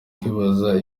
kwibaza